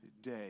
day